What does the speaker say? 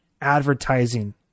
advertising